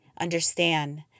understand